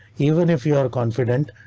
even if you are confident.